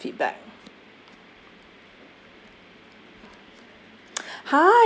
hotel positive feedback